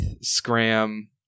Scram